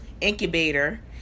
incubator